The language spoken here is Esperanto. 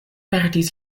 perdis